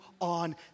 on